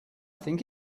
think